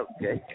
Okay